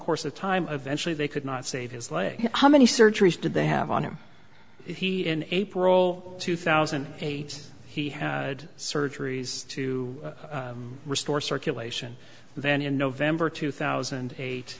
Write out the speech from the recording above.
course of time eventually they could not save his leg how many surgeries did they have on him he in april two thousand and eight he had surgeries to restore circulation then in november two thousand and eight